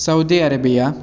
Saudi Arabia